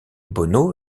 bono